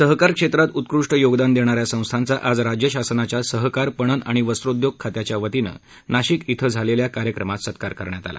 सहकार क्षेत्रात उत्कृष्ट योगदान देणाऱ्या संस्थांचा आज राज्य शासनाच्या सहकार पणन आणि वस्त्रोदयोग खात्याच्या वतीनं नाशिक येथे झालेल्या कार्यक्रमात सत्कार करण्यात आला